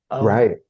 Right